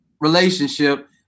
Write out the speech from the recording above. relationship